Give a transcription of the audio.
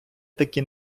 такі